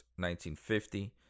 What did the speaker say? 1950